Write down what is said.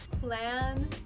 Plan